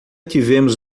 tivemos